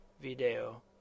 Video